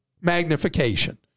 magnification